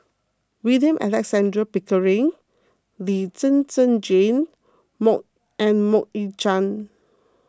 William Alexander Pickering Lee Zhen Zhen Jane mok and Mok Ying Jang